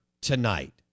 tonight